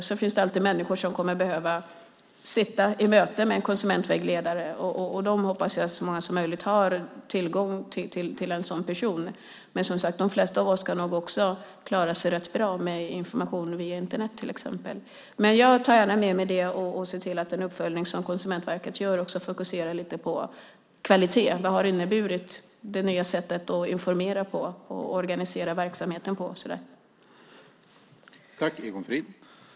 Sedan finns det alltid människor som kommer att behöva sitta i möte med en konsumentvägledare, och jag hoppas att så många som möjligt har tillgång till en sådan person. Men, som sagt, de flesta av oss kan nog också klara sig rätt bra med information via till exempel Internet. Jag tar ändå gärna med mig detta och ser till att den uppföljning som Konsumentverket gör också fokuserar lite på kvalitet och vad det nya sättet att informera på och organisera verksamheten på har inneburit.